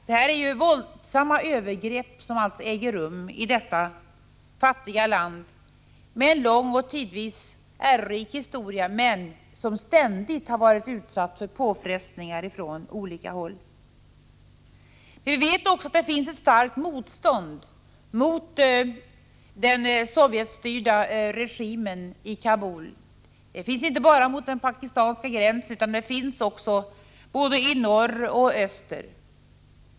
Det här är alltså våldsamma övergrepp som äger rum i detta fattiga land, med lång och tidvis ärorik historia, men som ständigt varit utsatt för påfrestningar från olika håll. Vi vet också att det finns ett starkt motstånd mot den Sovjetstyrda regimen i Kabul. Det finns inte bara vid den pakistanska gränsen utan också i norr och i öster.